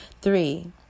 Three